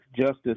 Justice